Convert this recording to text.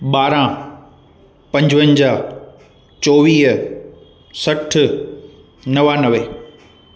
ॿारहं पंजवंजाह चोवीह सठ नवानवे